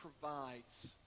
provides